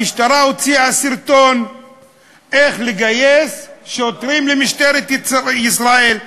המשטרה הוציאה סרטון איך לגייס שוטרים למשטרת ישראל,